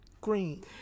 green